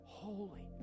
Holy